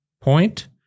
point